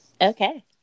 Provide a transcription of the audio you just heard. Okay